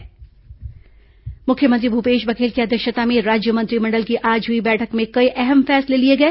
cabinet निर्णय मुख्यमंत्री भूपेश बघेल की अध्यक्षता में राज्य मंत्रिमंडल की आज हुई बैठक में कई अहम फैसले लिए गए